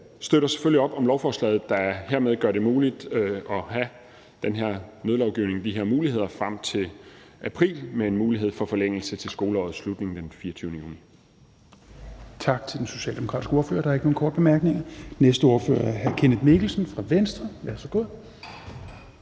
støtter selvfølgelig op om lovforslaget, der hermed gør det muligt at have den her nødlovgivning og de her muligheder frem til april med en mulighed for forlængelse til skoleårets slutning den 24. juni.